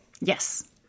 Yes